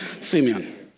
Simeon